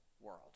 world